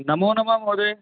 नमोनमः महोदय